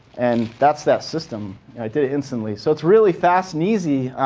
and that's that system. i did it instantly. so it's really fast and easy,